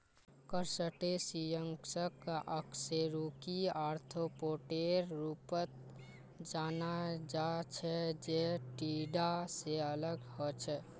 क्रस्टेशियंसक अकशेरुकी आर्थ्रोपोडेर रूपत जाना जा छे जे कीडा से अलग ह छे